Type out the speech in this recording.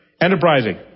enterprising